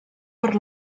per